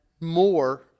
more